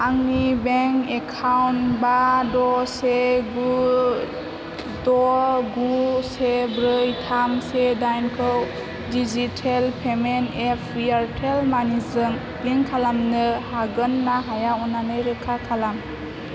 आंनि bank account बा द' से गु द' गु से ब्रै थाम से दाइन खौ डिजिटेल पेमेन्ट एप एयारटेल मानि जों लिंक खालामनो हागोन ना हाया अन्नानै रोखा खालाम